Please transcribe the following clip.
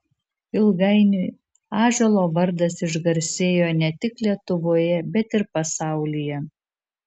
ilgainiui ąžuolo vardas išgarsėjo ne tik lietuvoje bet ir pasaulyje